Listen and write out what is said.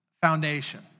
foundation